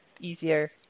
easier